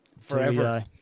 Forever